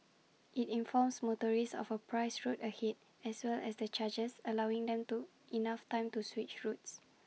IT informs motorists of A priced road ahead as well as the charges allowing them to enough time to switch routes